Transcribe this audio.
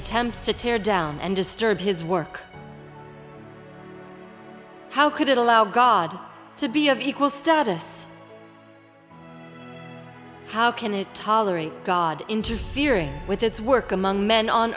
attempts to tear down and disturb his work how could it allow god to be of equal status how can it tolerate god interfering with its work among men on